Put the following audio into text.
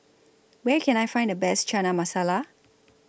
Where Can I Find The Best Chana Masala